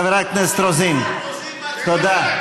חברת הכנסת רוזין, תודה.